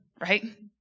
right